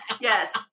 Yes